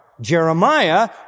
Jeremiah